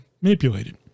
manipulated